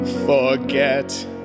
Forget